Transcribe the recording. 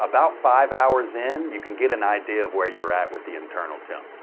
about five hours in, you can get an idea of where you're at with the internal temp.